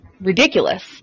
ridiculous